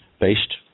based